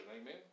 Amen